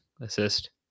assist